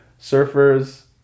surfers